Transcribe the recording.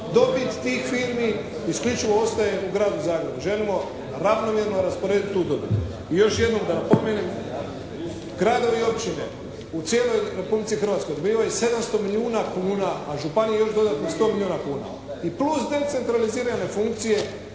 dobit tih firmi isključivo ostaje u Gradu Zagrebu. Želimo ravnomjerno raspodijeliti tu dobit. I još jednom da napomenem, gradovi i općine u cijeloj Republici Hrvatskoj dobivaju 700 milijuna kuna, a županije još dodatnih 100 milijuna kuna i plus decentralizirane funkcije